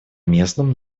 местном